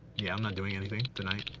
yeah, i'm not doing anything tonight.